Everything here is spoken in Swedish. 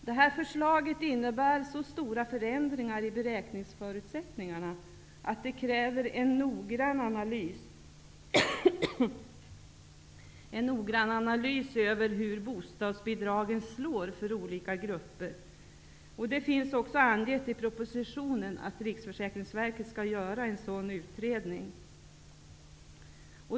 Det här förslaget innebär så stora förändringar i beräkningsförutsättningarna att det kräver en noggrann analys av hur bostadsbidragen slår för olika grupper. Det finns också angett i propositionen att Riksförsäkringsverket skall göra en sådan utredning.